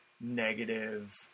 negative